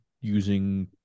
using